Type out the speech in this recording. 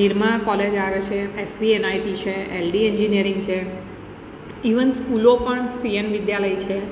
Nirma college આવે છે SP NIT છે એલડી એન્જીનયરિંગ છે ઇવન સ્કૂલો પણ સીએન વિદ્યાલય છે